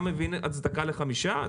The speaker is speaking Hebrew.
אתה מבין הצדקה להגבלה לחמישה?